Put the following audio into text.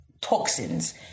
Toxins